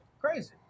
crazy